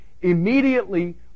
immediately